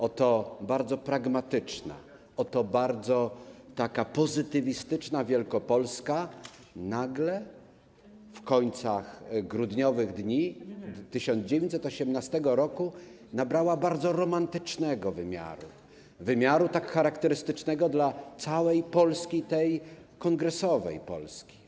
Oto bardzo pragmatyczna, oto taka bardzo pozytywistyczna Wielkopolska nagle w końcu grudniowych dni 1918 r. nabrała bardzo romantycznego wymiaru, wymiaru tak charakterystycznego dla całej Polski, tej kongresowej Polski.